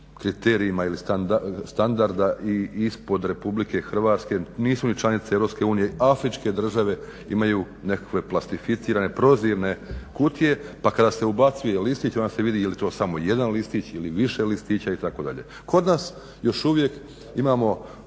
kriterijima ili standarda i ispod Republike Hrvatske, nisu ni članice Europske unije. Afričke države imaju nekakve plastificirane, prozirne kutije pa kada se ubacuje listić onda se vidi je li to samo jedan listić ili više listića itd. Kod nas još uvijek imamo